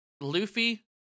luffy